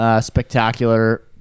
Spectacular